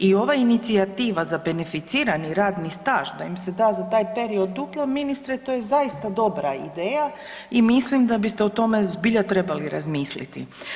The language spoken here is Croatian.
I ova inicijativa za beneficirani radni staž da im se da za taj period duplo, ministre, to je zaista dobra ideja i mislim da biste o tome zbilja trebali razmisliti.